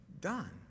done